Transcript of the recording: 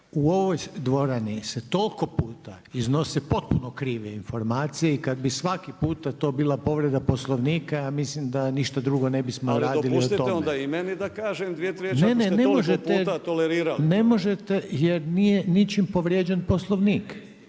u ovoj dvorani se toliko iznose potpuno krive informacije i kada bi svaki puta to bila povreda Poslovnika ja mislim da ništa drugo ne bismo radili osim toga. **Lovrinović,